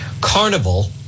carnival